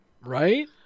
right